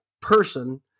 person